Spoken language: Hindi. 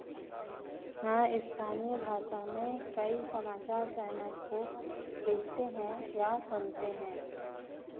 हाँ स्थानीय भाषा में कई समाचार चैनल को देखते हैं या सुनते हैं